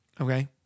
Okay